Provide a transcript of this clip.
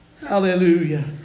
Hallelujah